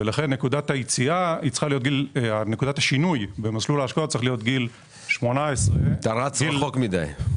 ולכן נקודת השינוי במסלול ההשקעות צריכה להיות גיל 18. אתה רץ רחוק מדי.